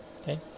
okay